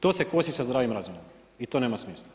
To se kosi sa zdravim razumom i to nema smisla.